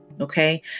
Okay